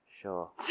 Sure